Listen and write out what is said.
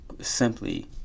simply